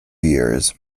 years